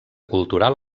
cultural